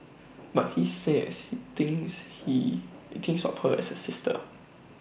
but he say as he thinks he thinks of her as A sister